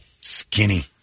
skinny